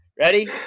ready